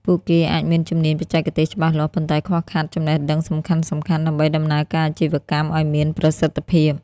ពួកគេអាចមានជំនាញបច្ចេកទេសច្បាស់លាស់ ប៉ុន្តែខ្វះខាតចំណេះដឹងសំខាន់ៗដើម្បីដំណើរការអាជីវកម្មឱ្យមានប្រសិទ្ធភាព។